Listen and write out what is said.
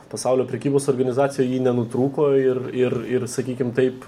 pasaulio prekybos organizacijoje ji nenutrūko ir ir ir sakykim taip